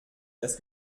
das